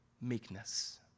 Meekness